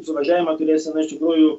suvažiavimą turėsime iš tikrųjų